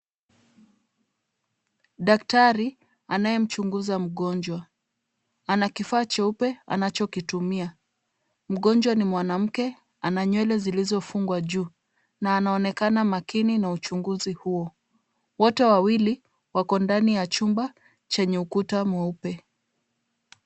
Daktari anayemchunguza mgonjwa. Anakifaa cheupe anachokitumia. Mgonjwa ni mwanamke, ana nywele zilizofungwa juu na anaonekana makini na uchunguzi huo. Wote wawili wako ndani ya chumba chenye ukuta mweupe.